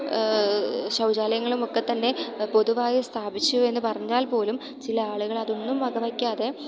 ശൗചാലയങ്ങളും ഒക്കെ തന്നെ പൊതുവായി സ്ഥാപിച്ചു എന്ന് പറഞ്ഞാൽ പോലും ചില ആളുകൾ അതൊന്നും വകവെയ്ക്കാതെ